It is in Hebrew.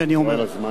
הכול על הזמן שלך.